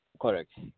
Correct